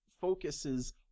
focuses